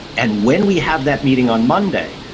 and when we have that meeting on monday,